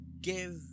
give